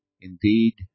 Indeed